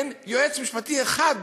אין יועץ משפטי אחד,